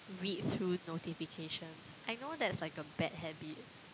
read through notifications I know that's like a bad habit